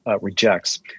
rejects